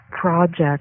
project